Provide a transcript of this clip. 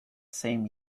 same